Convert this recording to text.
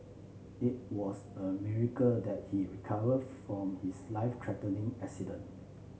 it was a miracle that he recovered from his life threatening accident